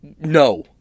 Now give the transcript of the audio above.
no